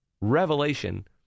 revelation